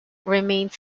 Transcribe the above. remains